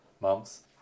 months